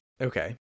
Okay